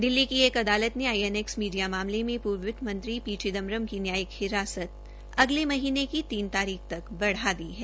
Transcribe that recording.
दिल्ली की एक अदालत में आईएनएक्स मीडिया मामले में पूर्व वितमंत्री पी चिदम्बरम की न्यायिक हिरासत अगले महीने की तीन तारीख तक बढ़ा दी है